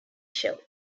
show